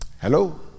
Hello